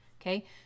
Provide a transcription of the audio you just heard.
okay